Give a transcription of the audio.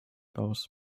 aus